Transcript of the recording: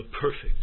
perfect